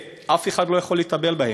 ואף אחד לא יכול לטפל בהם.